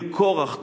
אל קורח,